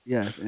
Yes